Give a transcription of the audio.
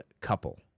couple